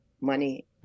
money